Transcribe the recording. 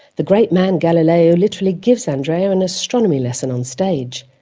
the great man galileo literally gives andrea an astronomy lesson on stage.